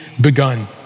begun